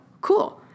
Cool